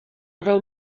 fel